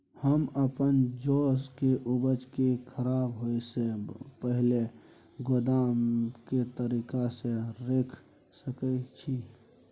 हम अपन जौ के उपज के खराब होय सो पहिले गोदाम में के तरीका से रैख सके छी?